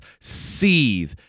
seethe